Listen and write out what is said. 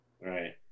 right